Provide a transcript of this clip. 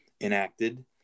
enacted